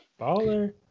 Baller